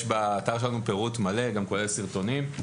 יש באתר שלנו פירוט מלא כולל סרטונים.